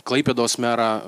klaipėdos merą